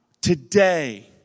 today